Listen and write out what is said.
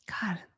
god